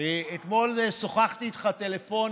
אתמול שוחחתי איתך טלפונית,